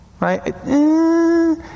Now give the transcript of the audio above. Right